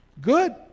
Good